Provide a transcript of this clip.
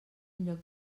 lloc